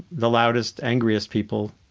the loudest, angriest people,